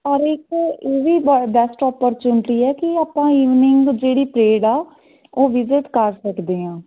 ਔਰ ਇਕ ਇਹ ਵੀ ਬੈਸਟ ਓਪਚੁਨਟੀ ਹੈ ਕਿ ਆਪਾਂ ਇਵਨਿੰਗ ਜਿਹੜੀ ਪਰੇਡ ਆ ਉਹ ਵਿਜ਼ਿਟ ਕਰ ਸਕਦੇ ਹਾਂ